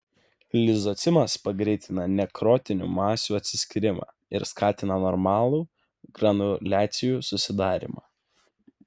lizocimas pagreitina nekrotinių masių atskyrimą ir skatina normalų granuliacijų susidarymą